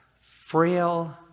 frail